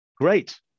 Great